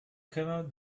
camel